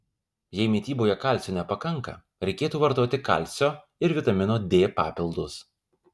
jei mityboje kalcio nepakanka reikėtų vartoti kalcio ir vitamino d papildus